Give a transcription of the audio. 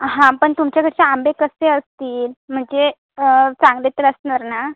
हां पण तुमच्याकडचे आंबे कसे असतील म्हणजे चांगले तर असणार ना